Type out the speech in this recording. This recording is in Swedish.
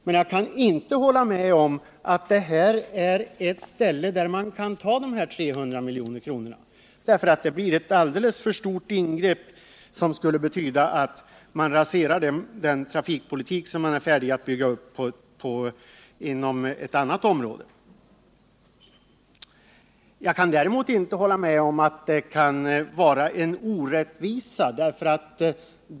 Men jag kan inte hålla med om att man kan ta dessa 300 milj.kr. till detta. Det blir ett alldeles för stort ingrepp. Det innebär att man raserar den trafikpolitik som vi är färdiga att bygga upp inom ett annat område. Jag kan inte heller hålla med om att det är någon orättvisa.